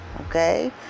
okay